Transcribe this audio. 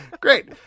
Great